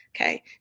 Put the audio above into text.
Okay